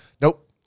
Nope